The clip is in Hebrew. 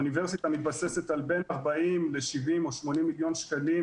אוניברסיטה מתבססת על בין 40 ל-70 או 80 מיליון שקלים